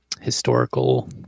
historical